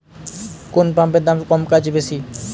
কোন পাম্পের দাম কম কাজ বেশি?